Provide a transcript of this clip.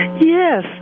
Yes